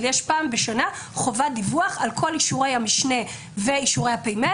אבל פעם בשנה יש חובת דיווח על כל אישורי המשנה ואישורי הפ"מ.